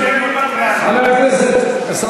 אדוני היושב-ראש, אנחנו עושים מעצמנו צחוק.